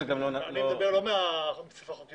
אני לא מדבר מספר החוקים,